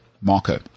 Marco